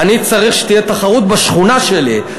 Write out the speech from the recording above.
אני צריך שתהיה תחרות בשכונה שלי.